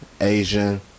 Asian